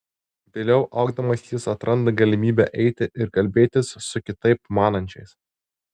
vėliau augdamas jis atranda galimybę eiti ir kalbėtis su kitaip manančiais